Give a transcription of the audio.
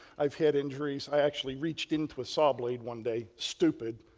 i've had injuries. i actually reached into a saw blade one day, stupid.